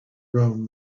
rome